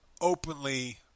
openly